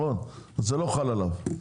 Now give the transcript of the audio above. זה לא יחול עליו.